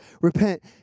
repent